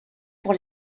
pour